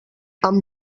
amb